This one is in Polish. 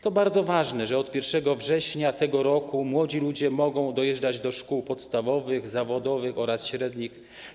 To bardzo ważne, że od 1 września tego roku młodzi ludzie mogą dojeżdżać do szkół podstawowych, zawodowych oraz średnich.